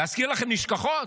להזכיר לכם נשכחות?